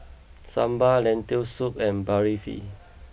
Sambar Lentil Soup and Barfi